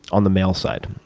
on the male side.